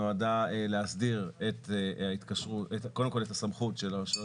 נועדה להסדיר קודם כל את הסמכות של הרשויות